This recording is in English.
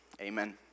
Amen